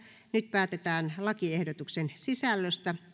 nyt päätetään lakiehdotuksen sisällöstä